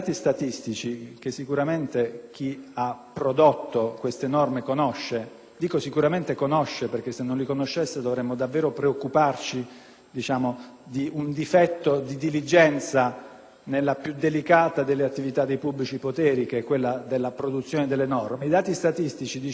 norme conosce (perché se non li conoscesse dovremmo davvero preoccuparci di un difetto di diligenza nella più delicata delle attività dei pubblici poteri, che è quella della produzione delle norme), ci informano di un dato altamente significativo: